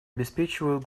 обеспечивают